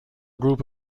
group